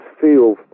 feel